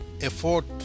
effort